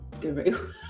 guru